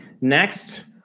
Next